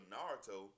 Naruto